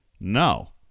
no